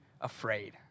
Afraid